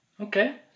Okay